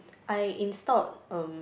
I installed um